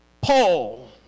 Paul